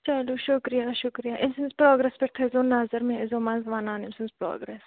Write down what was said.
چلو شُکریہ شُکریہ أمۍ سٕنٛدِس پراگرٮ۪س پٮ۪ٹھ تھٲیزیو نظر مےٚ ٲزیو منٛز یِم سٕنٛز پراگرٮ۪س